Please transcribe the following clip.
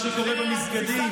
במה שקורה במסגדים.